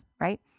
right